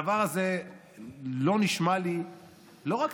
לא רק שהדבר הזה נשמע לי לא תקין,